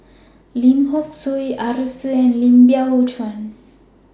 Lim Seok Hui Arasu and Lim Biow Chuan